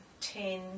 ten